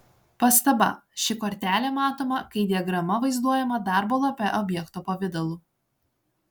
pastaba ši kortelė matoma kai diagrama vaizduojama darbo lape objekto pavidalu